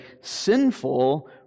sinful